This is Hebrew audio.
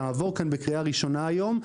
תעבור כאן בקריאה ראשונה היום,